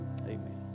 Amen